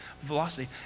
velocity